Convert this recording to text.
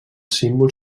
símbol